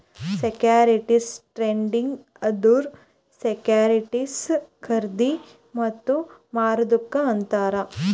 securities trading ಅಂದುರ್ securities ಖರ್ದಿ ಮತ್ತ ಮಾರದುಕ್ ಅಂತಾರ್